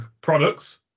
products